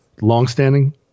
longstanding